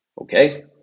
okay